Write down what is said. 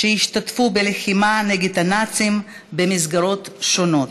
שהשתתפו בלחימה נגד הנאצים במסגרות שונות: